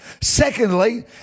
Secondly